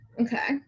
Okay